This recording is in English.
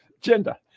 Gender